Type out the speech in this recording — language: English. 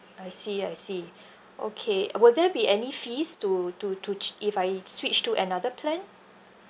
I see I see okay will there be any fees to to to ch~ if I switch to another plan